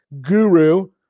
guru